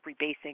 rebasing